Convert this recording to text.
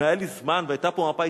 אם היה לי זמן והיתה פה מפה,